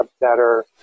better